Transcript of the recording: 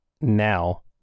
now